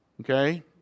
Okay